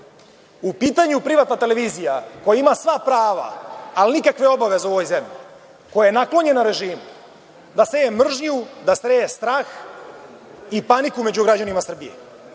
u pitanju privatna televizija, koja ima sva prava, a nikakve obaveze u ovoj zemlji, koja je naklonjena režimu, da seje mržnju, da seje strah i paniku među građanima Srbije.